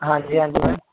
ਹਾਂਜੀ ਹਾਂਜੀ ਮੈਮ